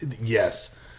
Yes